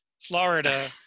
Florida